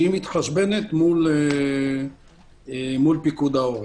שהיא מתחשבנת מול פיקוד העורף.